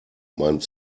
meint